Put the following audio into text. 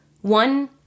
One